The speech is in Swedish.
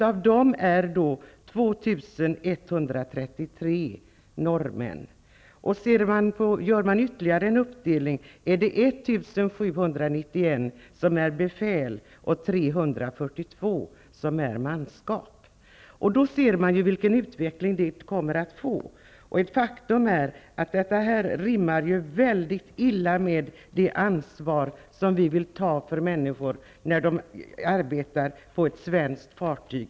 Av dem är 2 133 norrmän. 1 791 är befäl och 342 ingår i manskap. Då ser man vilken utveckling det kommer att bli. Ett faktum är att detta verkligen rimmar illa med det ansvar som vi vill ta för människor när de arbetar på ett svenskt fartyg.